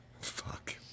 Fuck